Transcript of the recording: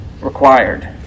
required